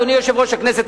אדוני יושב-ראש הכנסת,